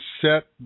set